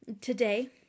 today